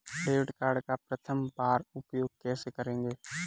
Debit card का प्रथम बार उपयोग कैसे करेंगे?